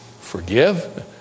forgive